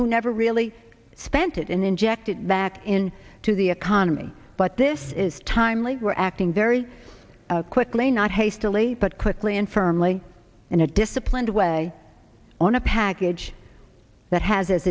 who never really spent it and inject it back in to the economy but this is timely we're acting very quickly not hastily but quickly and firmly in a disciplined way on a package that has